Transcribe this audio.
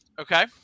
Okay